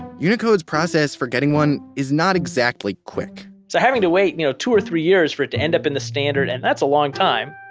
unicode's process for getting one is not exactly quick so having to wait, you know, two or three years for it to end up in the standard, and that's a long time